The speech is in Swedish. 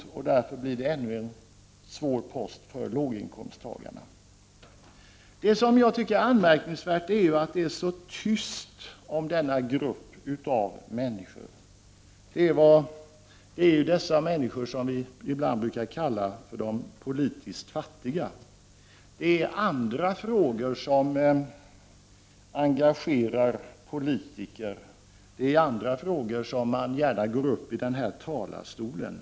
Det blir därför ytterligare en svår post för låginkomsttagarna. Jag tycker att det är anmärkningsvärt att det är så tyst kring denna grupp av människor. Det är dessa människor som vi ibland brukar kalla för de politiskt fattiga. Det är andra frågor som engagerar politiker, och det är i andra frågor som man gärna går upp i riksdagens talarstol.